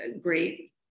great